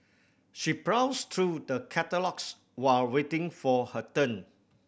she browsed through the catalogues while waiting for her turn